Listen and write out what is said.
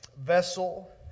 vessel